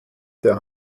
der